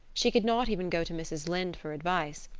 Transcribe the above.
she could not even go to mrs. lynde for advice.